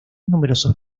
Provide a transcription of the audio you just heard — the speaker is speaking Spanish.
numerosos